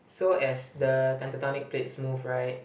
so as the tectonic plates move right